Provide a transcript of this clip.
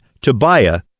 Tobiah